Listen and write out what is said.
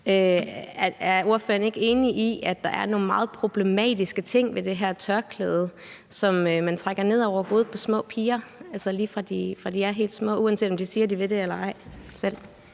Er ordføreren ikke enig i, at der er nogle meget problematiske ting ved det her tørklæde, som man trækker ned over hovedet på små piger, lige fra de er helt små, uanset om de selv siger, at de vil det eller ej? Kl.